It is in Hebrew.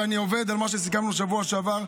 ואני עובד על מה שסיכמנו בשבוע שעבר,